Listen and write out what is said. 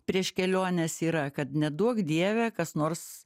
prieš keliones yra kad neduok dieve kas nors